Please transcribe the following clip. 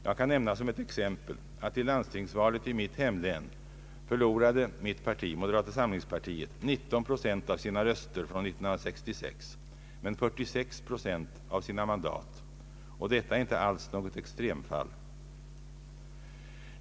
Jag kan nämna som ett exempel att i landstingsvalet i mitt hemlän förlorade mitt parti, moderata samlingspartiet, 19 procent av sina röster från 1966 men 46 procent av sina mandat, och detta är inte alls något extremfall.